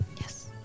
Yes